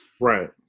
Right